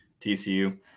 tcu